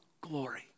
glory